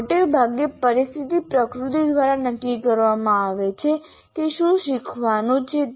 મોટે ભાગે પરિસ્થિતિ પ્રકૃતિ દ્વારા નક્કી કરવામાં આવે છે કે શું શીખવાનું છે તે